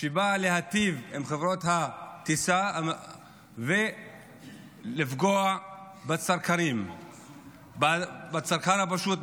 שבאה להיטיב עם חברות הטיסה ולפגוע בצרכן הפשוט,